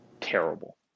terrible